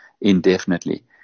indefinitely